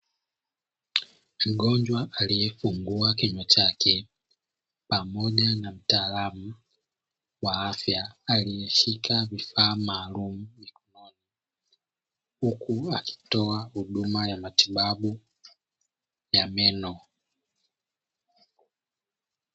Mgonjwa aliyefungua kinywa chake pamoja na mhudumu wa afya aliyeshika vifaa maalumu mkononi, huku akitoa huduma ya matibabu ya meno.